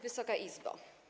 Wysoka Izbo!